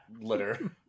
litter